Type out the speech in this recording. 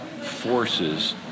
forces